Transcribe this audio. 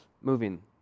moving